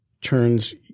turns